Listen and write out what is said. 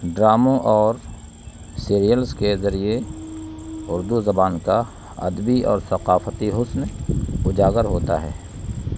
ڈراموں اور سیریلس کے ذریعے اردو زبان کا ادبی اور ثقافتی حسن اجاگر ہوتا ہے